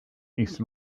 east